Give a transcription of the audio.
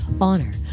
honor